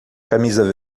camisa